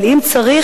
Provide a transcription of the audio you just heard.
אבל אם צריך,